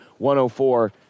104